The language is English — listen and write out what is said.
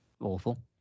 awful